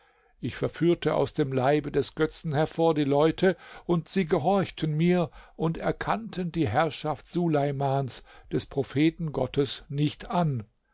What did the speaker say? ich verführte aus dem leibe des götzen hervor die leute und sie gehorchten mir und erkannten die herrschaft suleimans des propheten gottes nicht an